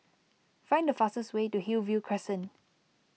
find the fastest way to Hillview Crescent